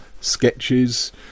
sketches